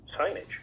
signage